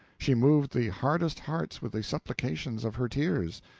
she moved the hardest hearts with the supplications of her tears,